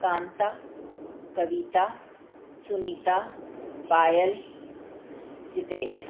Kanta Kavita Sunita Payal Jitesh